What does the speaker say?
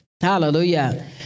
Hallelujah